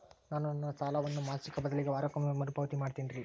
ನಾನು ನನ್ನ ಸಾಲವನ್ನು ಮಾಸಿಕ ಬದಲಿಗೆ ವಾರಕ್ಕೊಮ್ಮೆ ಮರುಪಾವತಿ ಮಾಡ್ತಿನ್ರಿ